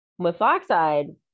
Methoxide